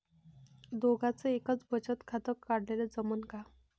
दोघाच एकच बचत खातं काढाले जमनं का?